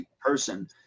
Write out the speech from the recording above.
person